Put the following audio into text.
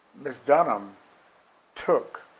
miss dunham took